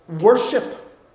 worship